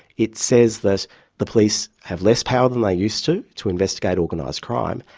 it says that the police have less power than they used to, to investigate organised crime,